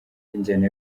b’injyana